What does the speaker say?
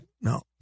No